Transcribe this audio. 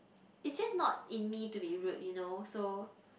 is just not in me to be rude you know so